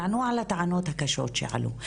תענו על הטענות הקשות שעלו.